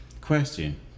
Question